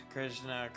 Krishna